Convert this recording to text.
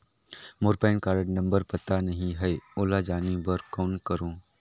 मोर PAN card number पता नहीं है, ओला जाने बर कौन करो?